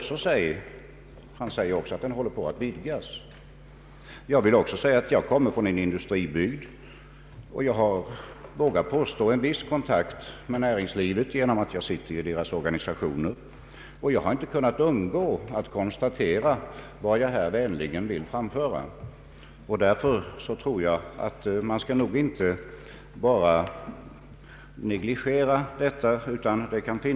Han sade också att den håller på att vidgas. Jag kommer från en industribygd och vågar påstå att jag har en viss kontakt med näringslivet genom att jag sitter i närlingslivets organisationer, och jag har inte kunnat undgå att konstatera vad jag här i all vänlighet framfört. Man skall nog inte negligera dessa kritiska synpunkter.